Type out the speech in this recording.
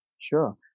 Sure